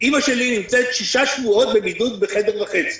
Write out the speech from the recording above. אימא שלי נמצאת שישה שבועות בבידוד בחדר וחצי.